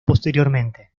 posteriormente